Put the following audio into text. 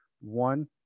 one